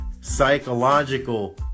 psychological